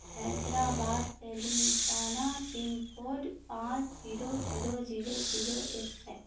Hyderabad Telangana pin code پانچ zero zero zero zero ایک ہے